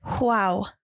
Wow